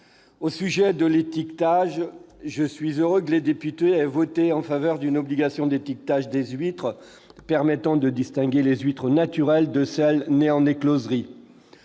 je me réjouis que les députés aient voté en faveur d'une obligation d'étiquetage des huîtres permettant de distinguer les huîtres naturelles de celles nées en écloserie.